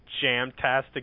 jam-tastic